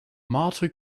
marta